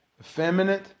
effeminate